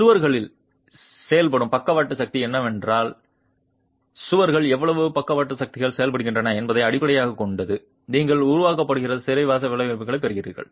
சுவரில் செயல்படும் பக்கவாட்டு சக்தி ஏனென்றால் சுவரில் எவ்வளவு பக்கவாட்டு சக்திகள் செயல்படுகின்றன என்பதை அடிப்படையாகக் கொண்டது நீங்கள் உருவாக்கப்படும் சிறைவாச விளைவைப் பெறுவீர்கள்